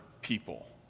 people